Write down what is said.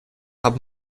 have